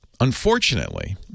Unfortunately